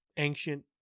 ancient